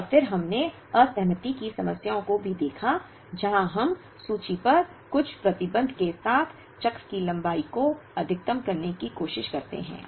और फिर हमने असहमति की समस्याओं को भी देखा जहां हम सूची पर कुछ प्रतिबंध के साथ चक्र की लंबाई को अधिकतम करने की कोशिश करते हैं